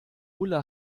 ulla